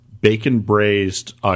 bacon-braised